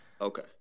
Okay